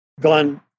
gone